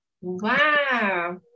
Wow